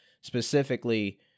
specifically